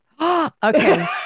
Okay